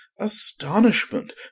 astonishment